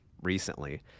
recently